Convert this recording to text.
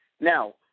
Now